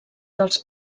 dels